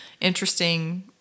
interesting